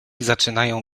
zaczynają